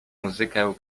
muzykę